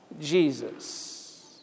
Jesus